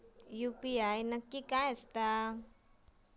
UPI नक्की काय आसता?